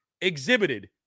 exhibited